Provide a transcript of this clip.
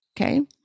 okay